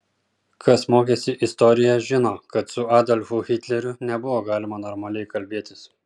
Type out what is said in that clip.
kas mokėsi istoriją žino kad su adolfu hitleriu nebuvo galima normaliai kalbėtis